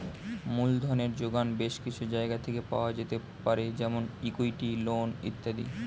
মূলধনের জোগান বেশ কিছু জায়গা থেকে পাওয়া যেতে পারে যেমন ইক্যুইটি, লোন ইত্যাদি